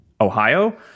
Ohio